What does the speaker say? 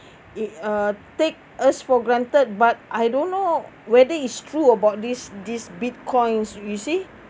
it uh take us for granted but I don't know whether it's true about this this Bitcoins you see